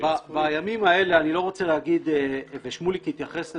בימים האלה ושמוליק התייחס לזה,